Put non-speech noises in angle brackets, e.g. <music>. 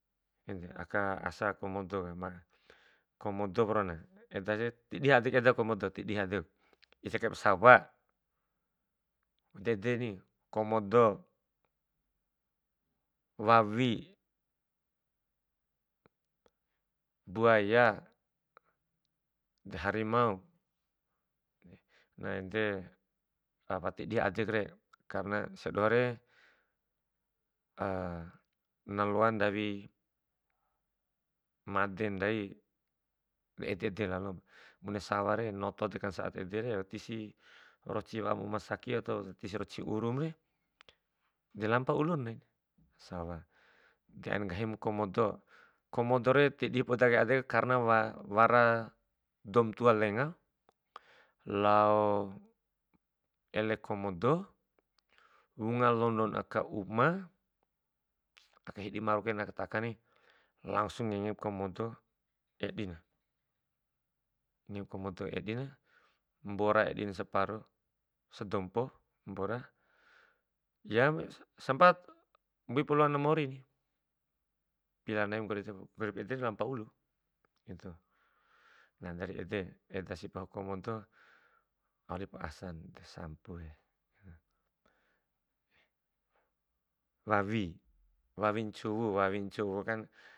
Ede aka asa komodo ka ma, komodo ku ruana, edas ti dihi adeku eda komoda, tidihi adek, ica kaiba sawa, ede edeni komodo, wawi, buaya, de harimau, na ede <hesitation> wati dihi adekure karena sia dohore <hesitation> na loa ndawi made ndai bae ede- ede lalop, bune saware noto dekan saat edere watisi rocin wa'am uma saki ato watisi roci urumre de lampu ulur ndai, sawa. De, ain nggahimu komodo, komode re ti dihi poda kai adekure karena wa- wara doum tua lenga lao ele komodo, wunga london aka uma, aka hidi maru kain ta'akani, langsung ngengeb komodo edina, ngenge ba komodo edina, mbora edin saparo, sedompo mbora, yam sempat mbuipu laona mori, pila nai nggorip ede- nggorip ede lampa ulu, itu. Na dari edasi pahu komoda, au walipa asan de sampue. Wawi, wawi ncuwu, wawi ncuwu kan.